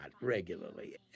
regularly